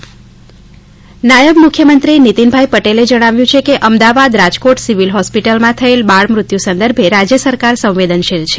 બાળમૃત્યુ પટેલ નાયબ મુખ્યમંત્રી નિતિનભાઇ પટેલે જણાવ્યુ છે કે અમદાવાદ રાજકોટ સિવિલ હોસ્પિટલમાં થયેલ બાળમૃત્યુ સંદર્ભે રાજ્ય સરકાર સંવેદનશીલ છે